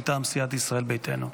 מטעם סיעת ישראל ביתנו.